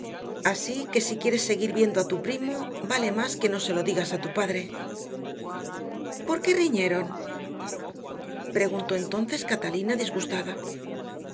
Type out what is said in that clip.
así que si quieres seguir viendo a tu primo vale más que no se lo digas a tu padre porqué riñeron preguntó entonces catalina disgustada